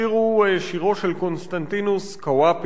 השיר הוא שירו של קונסטנדינוס קוואפיס,